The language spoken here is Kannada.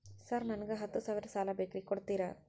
ಸರ್ ನನಗ ಹತ್ತು ಸಾವಿರ ಸಾಲ ಬೇಕ್ರಿ ಕೊಡುತ್ತೇರಾ?